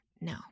No